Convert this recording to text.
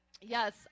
yes